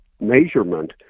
measurement